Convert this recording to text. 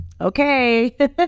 okay